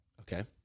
Okay